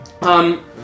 Um-